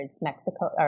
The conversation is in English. Mexico